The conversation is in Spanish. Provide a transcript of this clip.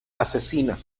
asesina